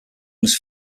was